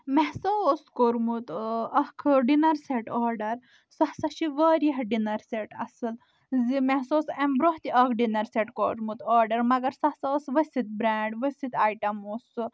مےٚ ہسا اوس کوٚرمُت اۭں اکھ ڈِنر سیٚٹ آڈر سُہ ہسا چھُ واریاہ ڈِنر سیٚٹ اصٕل زِ مےٚ ہسا اوس امہِ برونٛہہ تہِ اکھ ڈِنر سیٚٹ کوٚرمُت آڈر مگر سُہ ہسا اوس ؤستھ برینٛڈ ؤسِتھ ایٹم اوس سُہ